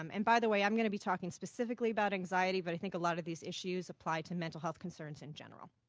um and by the way, i'm going to be talking specifically about anxiety but i think a lot of these issues apply to mental health concerns in general.